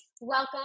welcome